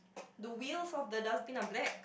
do wheels of the dustbin are black